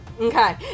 Okay